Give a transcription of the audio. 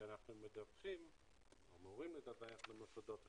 כשאנחנו אמורים לדווח למוסדות הקרן.